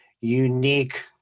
unique